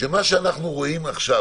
שמה שאנחנו רואים עכשיו,